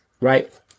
right